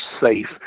safe